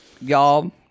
Y'all